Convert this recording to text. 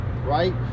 right